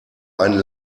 einen